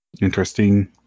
interesting